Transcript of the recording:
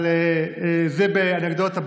אבל זו אנקדוטה.